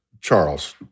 Charles